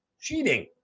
cheating